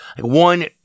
one